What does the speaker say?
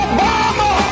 Obama